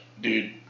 dude